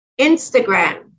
Instagram